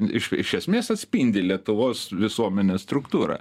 iš iš esmės atspindi lietuvos visuomenės struktūrą